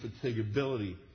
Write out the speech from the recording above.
fatigability